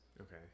Okay